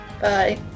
bye